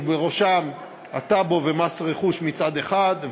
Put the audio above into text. ובראשם הטאבו ומס רכוש מצד אחד,